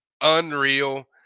unreal